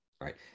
right